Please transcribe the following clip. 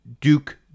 Duke